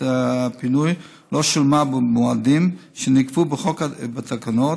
הפינוי לא שולמה במועדים שנקבעו בחוק ובתקנות,